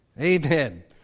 Amen